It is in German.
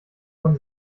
man